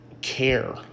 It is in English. care